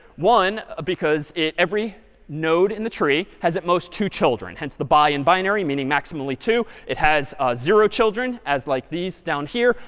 one, ah because every node in the tree has at most two children, hence the bi in binary, meaning maximally two. it has ah zero children, as like these down here.